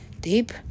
deep